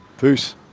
peace